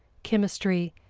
chemistry,